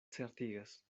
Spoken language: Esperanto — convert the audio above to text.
certigas